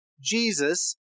Jesus